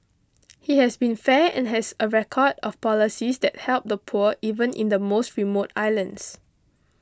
he has been fair and has a record of policies that help the poor even in the most remote islands